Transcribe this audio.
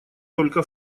только